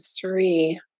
three